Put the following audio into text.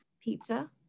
Pizza